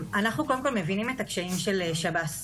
כי הפרופורציה תהיה לקחת 3,000